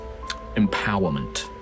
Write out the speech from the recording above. empowerment